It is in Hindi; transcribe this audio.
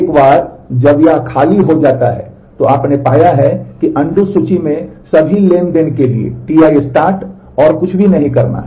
एक बार जब यह खाली हो जाता है तो आपने पाया है कि अनडू सूची में सभी ट्रांज़ैक्शन के लिए Ti start और कुछ भी नहीं करना है